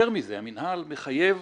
יותר מזה, המינהל מחייב